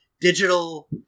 digital